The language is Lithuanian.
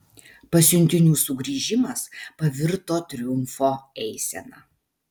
pasiuntinių sugrįžimas pavirto triumfo eisena